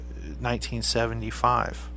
1975